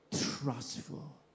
Trustful